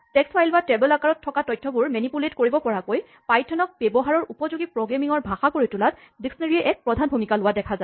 text file বা table আকাৰত থকা তথ্যবোৰ মেনিপুলেট কৰিব পৰাকৈ পাইথনক ব্যৱহাৰৰ উপযোগী প্ৰগ্ৰেমিঙৰ ভাষা কৰি তোলাত ডিস্কনেৰীঅভিধানএ এক প্ৰধান ভুমিকা লোৱা দেখা যায়